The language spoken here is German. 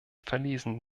verlesen